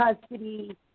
custody